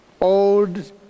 Old